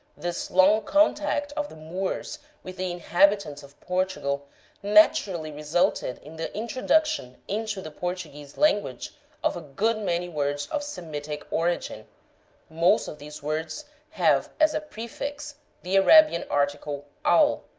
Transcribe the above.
this long contact of the moors with the inhabitants of portugal naturally resulted in the introduction into the portuguese language of a good many words of semitic origin most of these words have as a prefix the arabian article al,